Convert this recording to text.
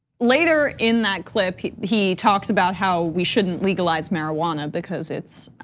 later in that clip, he talks about how we shouldn't legalize marijuana, because it's